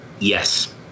Yes